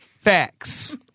Facts